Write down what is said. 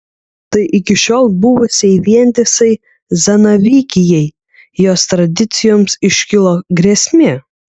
taigi iki šiol buvusiai vientisai zanavykijai jos tradicijoms iškilo grėsmė